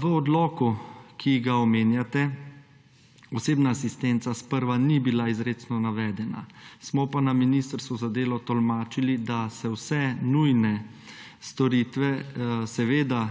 V odloku, ki ga omenjate, osebna asistenca sprva ni bila izrecno navedena, smo pa na ministrstvu za delo tolmačili, da se vse nujne storitve seveda